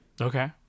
Okay